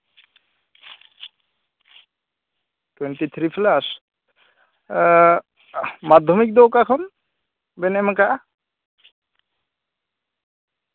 twenty three plus Madhyamik ᱫᱚ ᱚᱠᱟ ᱠᱷᱚᱱ ᱵᱮᱱ ᱮᱢ ᱠᱟᱜᱼᱟ